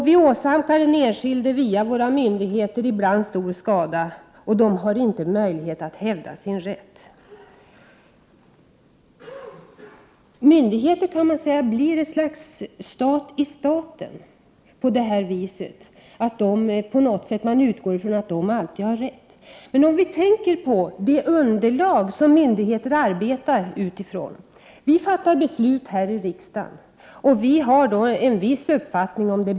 Via myndigheterna åsamkas den enskilde ibland stor skada, utan att han har möjlighet att hävda sin rätt. Man kan nästan säga att myndigheter blir ett slags ”stat i staten” på så sätt att man utgår ifrån att de alltid har rätt. Myndigheter har alltid ett visst underlag som de arbetar utifrån när de fattar beslut. Vi här i riksdagen fattar våra beslut och har en viss uppfattning om dem.